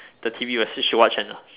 the T_V will switch to what channel